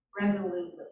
resolutely